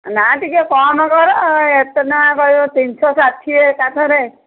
ନା ଟିକେ କମ କର ଏତେ ଟଙ୍କା କହିବ ତିନିଶହ ଷାଠିଏ ଏକାଥରେ